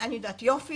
כי אני יודעת יפה